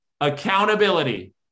accountability